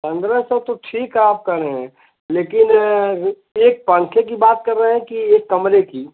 पन्द्रह सौ तो ठीक है आप कह रहे हैं लेकिन एक पंखे की बात कर रहे हैं कि एक कमरे की